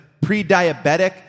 pre-diabetic